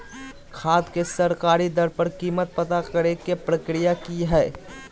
खाद के सरकारी दर पर कीमत पता करे के प्रक्रिया की हय?